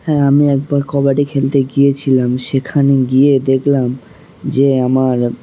হ্যাঁ আমি একবার কবাডি খেলতে গিয়েছিলাম সেখানে গিয়ে দেখলাম যে আমার